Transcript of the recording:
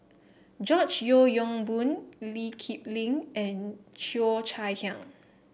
George Yeo Yong Boon Lee Kip Lin and Cheo Chai Hiang